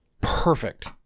perfect